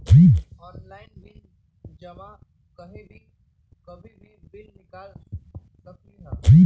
Online bill जमा कहीं भी कभी भी बिल निकाल सकलहु ह?